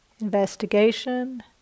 Investigation